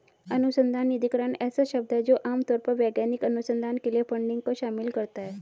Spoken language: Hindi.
अनुसंधान निधिकरण ऐसा शब्द है जो आम तौर पर वैज्ञानिक अनुसंधान के लिए फंडिंग को शामिल करता है